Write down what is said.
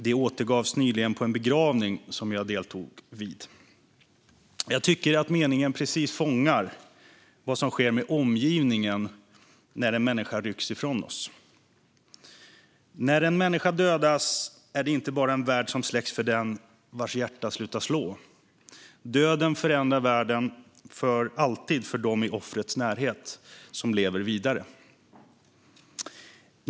De återgavs nyligen på en begravning som jag deltog vid. Meningen fångar precis vad som sker med omgivningen när en människa rycks ifrån oss. När en människa dödas är det inte bara en värld som släcks för den vars hjärta slutar slå. Döden förändrar världen för alltid för dem i offrets närhet som lever vidare.